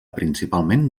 principalment